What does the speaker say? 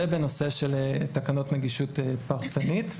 זה בנושא של תקנות נגישות פרטנית.